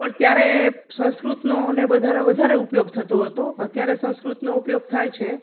પણ ત્યારે એ સંસ્કૃતનુંને એ બધાનો વધારે ઉપયોગ થતો હતો અત્યારે સંસ્કૃતનો ઉપયોગ થાય છે